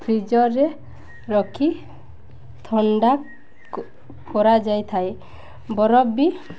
ଫ୍ରିଜ୍ରେ ରଖି ଥଣ୍ଡା କରାଯାଇଥାଏ ବରଫ ବି